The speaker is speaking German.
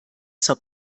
zur